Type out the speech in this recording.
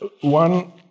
one